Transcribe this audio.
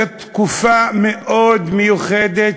זו הייתה תקופה מאוד מיוחדת,